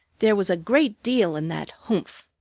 there was a great deal in that humph.